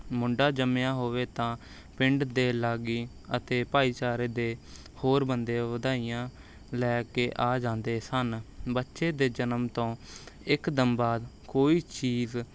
ਮੁੰਡਾ ਜੰਮਿਆ ਹੋਵੇ ਤਾਂ ਪਿੰਡ ਦੇ ਲਾਗੀ ਅਤੇ ਭਾਈਚਾਰੇ ਦੇ ਹੋਰ ਬੰਦੇ ਵਧਾਈਆਂ ਲੈ ਕੇ ਆ ਜਾਂਦੇ ਸਨ ਬੱਚੇ ਦੇ ਜਨਮ ਤੋਂ ਇਕਦਮ ਬਾਅਦ ਕੋਈ ਚੀਜ਼